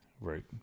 right